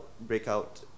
breakout